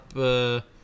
up